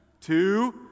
two